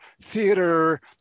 theater